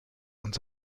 und